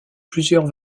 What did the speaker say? plusieurs